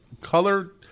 Color